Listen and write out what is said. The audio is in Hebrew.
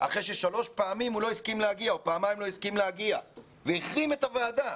אחרי ששלוש פעמים או פעמיים הוא לא הסכים להגיע והחרים את הוועדה.